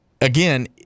again